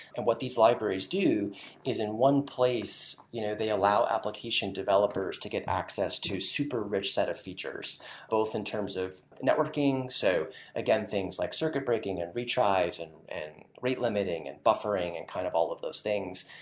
what these libraries do is, in one place, you know they allow application developers to get access to a super rich set of features both in terms of networking. so again, things like circuit breaking, and retries, and and rate limiting, and buffering, and kind of all of those things.